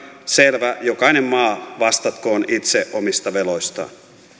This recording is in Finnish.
selvä jokainen maa vastatkoon itse omista veloistaan